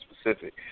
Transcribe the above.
specific